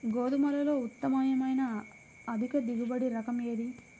గోధుమలలో ఉత్తమమైన అధిక దిగుబడి రకం ఏది?